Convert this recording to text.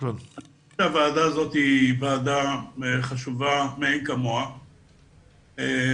הוועדה הזאת היא ועדה חשובה מאין כמוה,